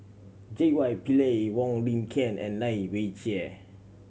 J Y Pillay Wong Lin Ken and Lai Weijie